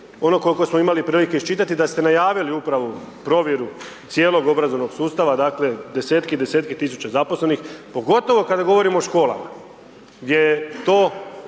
ono koliko smo imali prilike iščitati da ste najavili upravo provjeru cijelog obrazovnog sustava, dakle desetke i desetke tisuće zaposlenih pogotovo kada govorimo o školama gdje je to